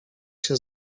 się